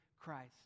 Christ